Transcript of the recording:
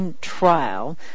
trial